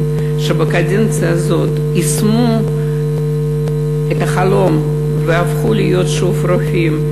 שבקדנציה הזאת יישמו את החלום והפכו להיות שוב רופאים,